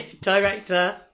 Director